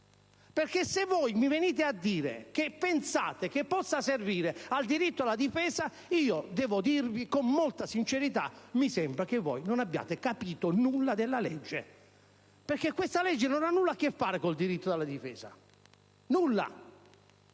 *Premier*! Se venite a dire che pensate che possa servire al diritto alla difesa, devo dirvi con molta sincerità che mi sembra che non abbiate capito nulla della legge, perché essa non ha nulla a che fare con il diritto alla difesa, nulla!